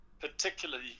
particularly